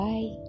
Bye